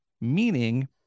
meaning